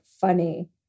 funny